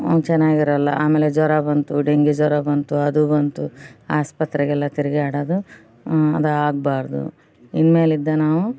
ಚೆನ್ನಾಗಿರೋಲ್ಲ ಆಮೇಲೆ ಜ್ವರ ಬಂತು ಡೆಂಗ್ಯು ಜ್ವರ ಬಂತು ಅದು ಬಂತು ಆಸ್ಪತ್ರೆಗೆಲ್ಲ ತಿರ್ಗಾಡೋದು ಅದಾಗ್ಬಾರ್ದು ಇನ್ಮೇಲಿಂದ ನಾವು